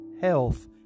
health